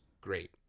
great